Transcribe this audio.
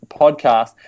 podcast